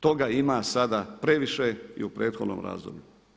Toga ima sada previše i u prethodnom razdoblju.